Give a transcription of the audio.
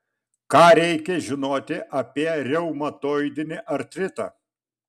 ką reikia žinoti apie reumatoidinį artritą